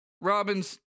Robin's